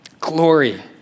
Glory